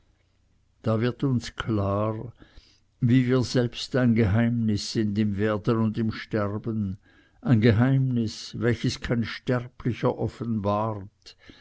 da wird uns klar wie wir selbst ein geheimnis sind im werden und im sterben ein geheimnis welches kein sterblicher offenbart